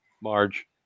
Marge